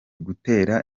gutera